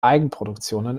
eigenproduktionen